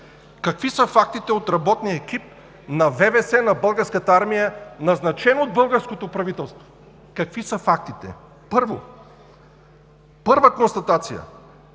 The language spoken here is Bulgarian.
Какви са фактите от работния екип на Военновъздушните сили на Българската армия, назначен от българското правителство? Какви са фактите? Първа констатация.